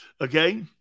Okay